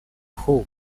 who